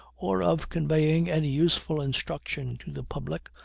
or of conveying any useful instruction to the public,